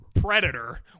predator